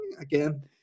again